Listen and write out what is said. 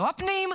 לא הפנים,